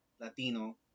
latino